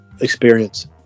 experience